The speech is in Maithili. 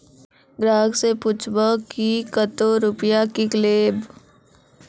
ग्राहक से पूछब की कतो रुपिया किकलेब?